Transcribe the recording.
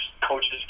coaches